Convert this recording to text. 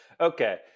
Okay